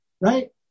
right